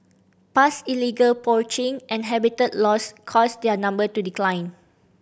past illegal poaching and habitat loss caused their number to decline